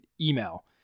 email